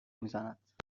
میزند